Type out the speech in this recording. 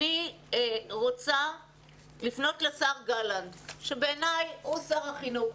אני רוצה לפנות לשר גלנט, שבעיניי הוא שר החינוך,